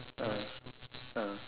ah ah